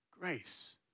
Grace